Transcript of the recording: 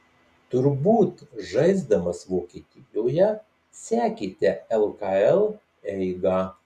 turbūt žaisdamas vokietijoje sekėte lkl eigą